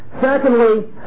Secondly